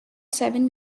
seven